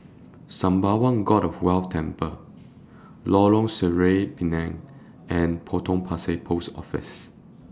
Sembawang God of Wealth Temple Lorong Sireh Pinang and Potong Pasir Post Office